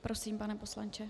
Prosím, pane poslanče.